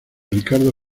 ricardo